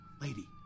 Lady